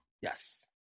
Yes